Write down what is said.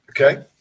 Okay